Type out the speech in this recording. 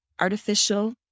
artificial